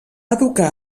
educar